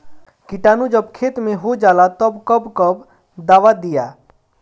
किटानु जब खेत मे होजाला तब कब कब दावा दिया?